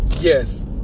Yes